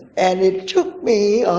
and it took me a